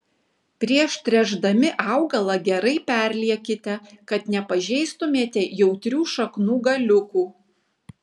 prieš tręšdami augalą gerai perliekite kad nepažeistumėte jautrių šaknų galiukų